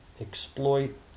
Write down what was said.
exploit